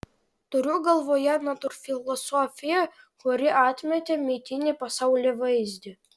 turiu galvoje natūrfilosofiją kuri atmetė mitinį pasaulėvaizdį